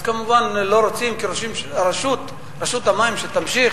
אז כמובן לא רוצים, כי רוצים שרשות המים תמשיך.